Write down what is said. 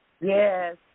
Yes